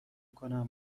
کنم